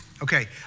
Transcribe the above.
Okay